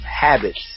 habits